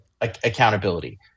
accountability